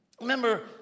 Remember